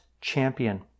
champion